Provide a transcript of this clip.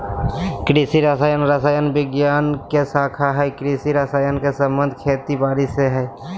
कृषि रसायन रसायन विज्ञान के शाखा हई कृषि रसायन के संबंध खेती बारी से हई